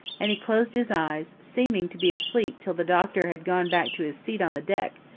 and he closed his eyes, seeming to be asleep till the doctor had gone back to his seat on the deck,